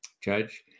Judge